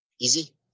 easy